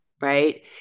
right